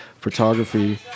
Photography